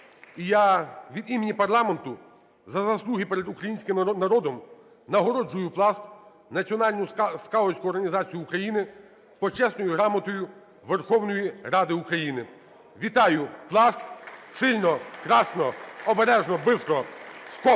І я від імені парламенту за заслуги перед українським народом нагороджую "Пласт", Національну скаутську організацію України, Почесною грамотою Верховної Ради України. Вітаю "Пласт"! Сильно, красно, обережно, бистро